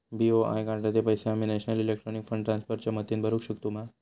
BOI कार्डाचे पैसे आम्ही नेशनल इलेक्ट्रॉनिक फंड ट्रान्स्फर च्या मदतीने भरुक शकतू मा?